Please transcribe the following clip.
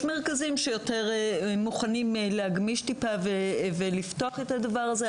יש מרכזים שמוכנים להגמיש טיפה יותר ולפתוח את הדבר הזה,